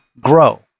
grow